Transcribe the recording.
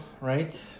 right